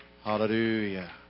Hallelujah